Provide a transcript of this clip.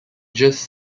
just